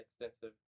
extensive